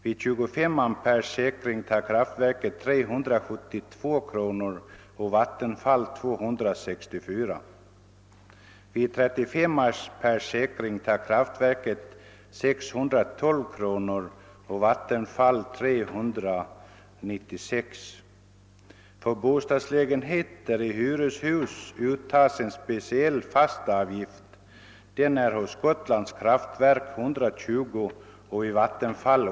Vid 25 ampere säkring tar kraftverket 372 kronor och Vattenfall 264. Vid 35 ampere säkring tar kraftverket 612 kronor och Vattenfall 396. För bostadslägenheter i hyreshus uttas en speciell fast avgift. Den är 120 kronor till Gotlands kraftverk och 84 till Vattenfall.